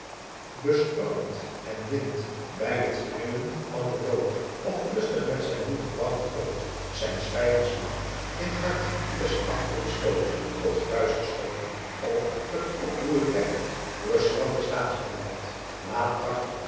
bestormt en wint bij t grimmen van den dood of rustig met zijn nieuw gebouwde vloot zijns vijands magt in t hart des afgronds stoot tot gruis geschoten of t oproer dreigt door schrander staats